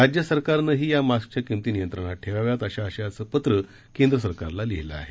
राज्य सरकारनेही या मास्कच्या किंमती नियंत्रणात ठेवाव्यात अशी आशयाचे पत्र केंद्र सरकारला लिहिलं आहे